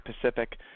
Pacific